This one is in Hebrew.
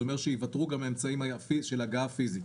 זה אומר שייוותרו גם אמצעים של הגעה פיסית.